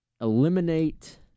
eliminate